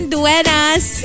Duenas